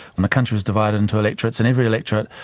and the country was divided into electorates and every electorate,